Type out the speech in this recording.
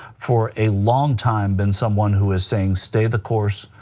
for a long time, been someone who was saying stay the course,